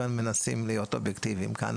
אבל מנסים להיות אובייקטיביים כאן.